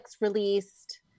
released